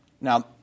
Now